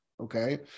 okay